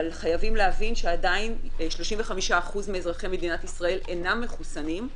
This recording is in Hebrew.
אבל חייבים להבין שעדיין 35% מאזרחי מדינת ישראל אינם מחוסנים,